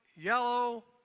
yellow